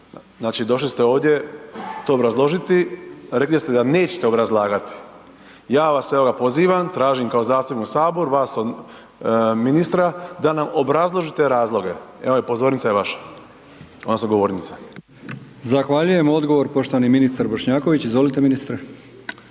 Znači, došli ste ovdje to obrazložiti, rekli ste da nećete obrazlagati, ja vas evo ga pozivam, tražim kao zastupnik u HS vas od ministra da nam obrazložite razloge. Evo je, pozornica je vaša odnosno govornica. **Brkić, Milijan (HDZ)** Zahvaljujem. Odgovor, poštovani ministar Bošnjaković, izvolite ministre.